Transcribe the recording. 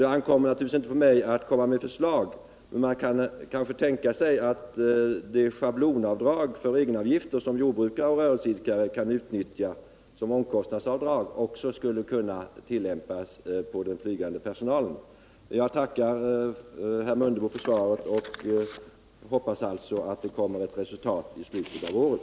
Det ankommer inte på mig att framföra förslag, men jag vill ändå peka på att det schablonavdrag för egenavgifter som jordbrukare och rörelseidkare kan utnyttja vid sin deklaration under omkostnader också skulle kunna tillämpas för den Aygande personalen. Jag tackar herr Mundebo för svaret och hoppas att det skall komma ett förslag i ärendet i slutet av året.